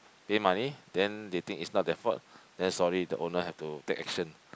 pay money then they think it's not their fault then sorry the owner have to take action